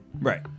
Right